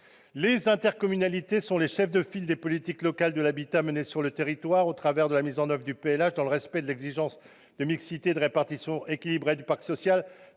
Les intercommunalités sont les chefs de file reconnus des politiques locales de l'habitat menées sur les territoires, au travers de la mise en oeuvre de PLH [...], dans le respect de l'exigence de mixité et de répartition équilibrée du parc social